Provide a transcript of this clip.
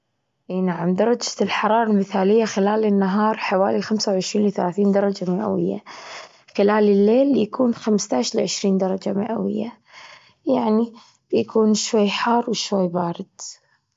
إي نعم، درجة الحرارة المثالية خلال النهار حوالي خمسة وعشرين لثلاثين درجة مئوية. خلال الليل يكون خمستاش لعشرين درجة مئوية، يعني بيكون شوي حار وشوي بارد.